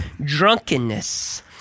drunkenness